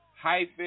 hyphen